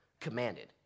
Commanded